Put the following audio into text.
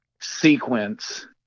sequence